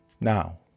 now